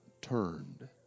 turned